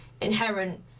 inherent